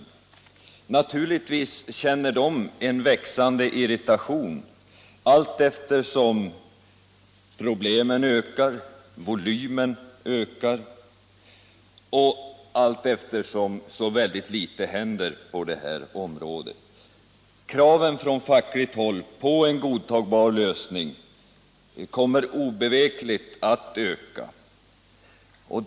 De känner naturligtvis en växande irritation allteftersom problemen och volymen av dem ökar under det att så litet händer på det här området. Kraven från fackligt håll på en godtagbar lösning kommer obevekligt att öka.